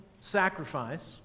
sacrifice